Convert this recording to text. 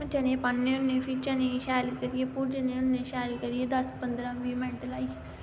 चने पान्ने होन्नेन् फ्ही चनें गी शैल करियै भुन्नने होन्ने शैल करियै दस पंदरा बीह् मैन्ट लाइयै